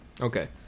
Okay